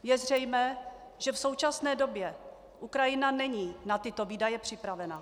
Je zřejmé, že v současné době Ukrajina není na tyto výdaje připravena.